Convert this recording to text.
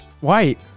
White